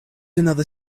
another